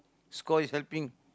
score is helping